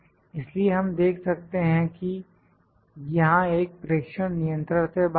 इसलिए हम देख सकते हैं कि यहां एक प्रेक्षण नियंत्रण से बाहर है